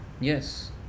yes